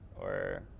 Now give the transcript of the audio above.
or,